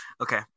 okay